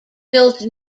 built